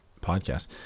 podcast